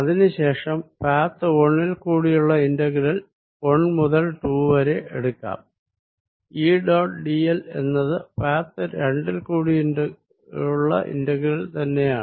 അതിനു ശേഷം പാഥ് 1 ൽ കൂടി ഇന്റഗ്രൽ 1 മുതൽ 2 വരെ എടുക്കാം E ഡോട്ട് dl എന്നത് പാഥ് 2 ൽ കൂടിയുള്ള ഇന്റഗ്രൽ തന്നെയാണ്